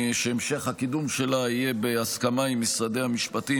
המשך הקידום שלה יהיה בהסכמה עם משרדי המשפטים,